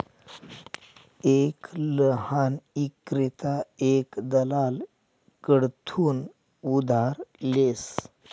एक लहान ईक्रेता एक दलाल कडथून उधार लेस